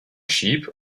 sheep